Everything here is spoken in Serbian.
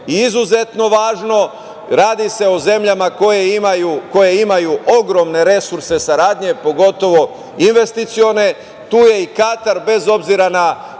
je izuzetno važno. Radi se o zemljama koje imaju ogromne resurse saradnje, pogotovo investicione. Tu je i Katar, bez obzira na